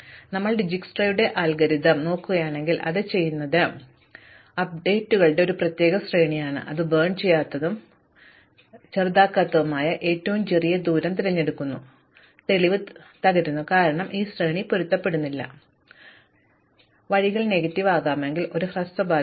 അതിനാൽ നിങ്ങൾ ഡിജ്സ്ക്രയുടെ അൽഗോരിതം നോക്കുകയാണെങ്കിൽ അത് ചെയ്യുന്നത് അത്യാഗ്രഹപരമായ അപ്ഡേറ്റുകളുടെ ഒരു പ്രത്യേക ശ്രേണിയാണ് അത് കത്തിക്കാത്തതും ചെറുതാക്കാത്തതുമായ ഏറ്റവും ചെറിയ ദൂരം തിരഞ്ഞെടുക്കുന്നു തെളിവ് തകരുന്നു കാരണം ഈ ശ്രേണി പൊരുത്തപ്പെടുന്നില്ല ഞങ്ങൾക്ക് നൽകൂ വഴികൾ നെഗറ്റീവ് ആകാമെങ്കിൽ ഒരു ഹ്രസ്വ പാത